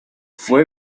fue